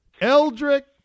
Eldrick